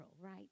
right